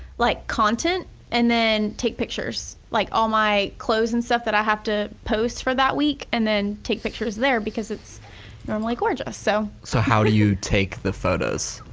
like content and then take pictures. like all my clothes and stuff that i have to post for that week and then take pictures there because it's normally gorgeous. so so how do you take the photos?